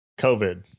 COVID